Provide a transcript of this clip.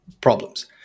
problems